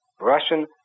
Russian